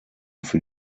für